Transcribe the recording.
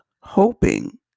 hoping